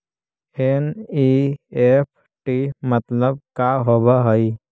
NEFT मतलब का होब हई?